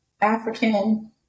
African